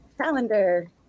Calendar